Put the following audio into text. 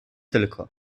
tylko